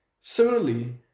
Similarly